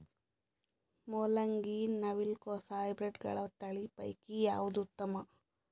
ಮೊಲಂಗಿ, ನವಿಲು ಕೊಸ ಹೈಬ್ರಿಡ್ಗಳ ತಳಿ ಪೈಕಿ ಯಾವದು ಉತ್ತಮ?